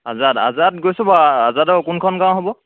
আজাদ আজাদ গৈছোঁ বাৰু আজাদৰ কোনখন গাঁও হ'ব